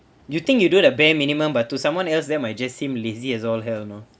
you think you do the bare minimum but to someone else they might just seem lazy as all hell you know